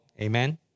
Amen